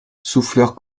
souffleur